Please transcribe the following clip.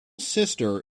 sister